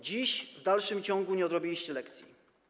Dziś w dalszym ciągu nie odrobiliście lekcji.